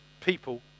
people